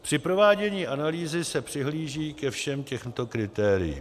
Při provádění analýzy se přihlíží ke všem těmto kritériím: